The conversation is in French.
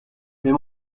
mais